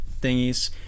thingies